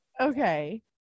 okay